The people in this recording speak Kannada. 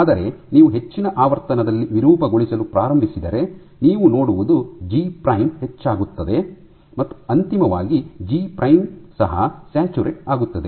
ಆದರೆ ನೀವು ಹೆಚ್ಚಿನ ಆವರ್ತನದಲ್ಲಿ ವಿರೂಪಗೊಳಿಸಲು ಪ್ರಾರಂಭಿಸಿದರೆ ನೀವು ನೋಡುವುದು ಜಿ ಪ್ರೈಮ್ ಹೆಚ್ಚಾಗುತ್ತದೆ ಮತ್ತು ಅಂತಿಮವಾಗಿ ಜಿ ಪ್ರೈಮ್ ಸಹ ಸ್ಯಾಚುರೇಟ್ ಆಗುತ್ತದೆ